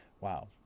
Wow